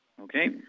Okay